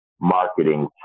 marketing